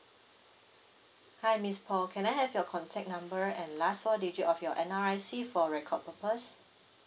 hi miss poh can I have your contact number and last four digit of your N_R_I_C for record purpose